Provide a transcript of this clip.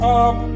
up